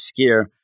Skier